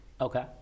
Okay